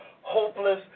hopeless